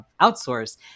outsource